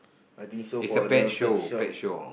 I think so for the pet shop